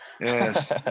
yes